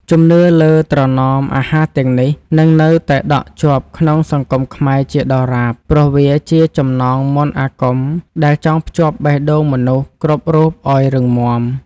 ជំនឿលើត្រណមអាហារទាំងនេះនឹងនៅតែដក់ជាប់ក្នុងសង្គមខ្មែរជាដរាប ព្រោះវាជាចំណងមន្តអាគមដែលចងភ្ជាប់បេះដូងមនុស្សគ្រប់រូបឱ្យរឹងមាំ។